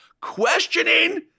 questioning